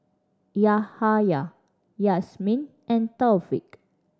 Yahaya Yasmin and Taufik